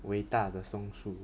伟大的松树